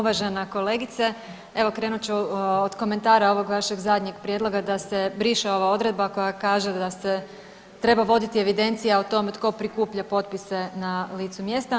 Uvažena kolegice evo krenut ću od komentara ovog vašeg zadnjeg prijedloga da se briše ova odredba koja kaže da se treba voditi evidencija o tome tko prikuplja potpise na licu mjesta.